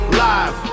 live